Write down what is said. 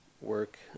work